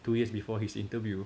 two years before his interview